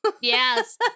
Yes